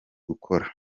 gukora